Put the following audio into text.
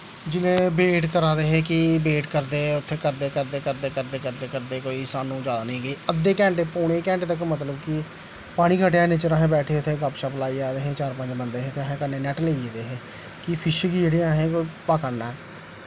जिसलै वेट करा दे हे कि वेट करदे उत्थें करदे करदे करदे करदे करदे करदे कोई सानूं अद्धे घैंटे पौने घैंटे तक मतलब कि पानी घटेआ इन्ने चिर अस इत्थें बैठे दे गप्प शप्प लाई जा दे हे चार पंज बदं हे ते असें कन्नै नैट लेई गेदे हे कि फिश गी जेह्ड़ा असें पकड़ना ऐ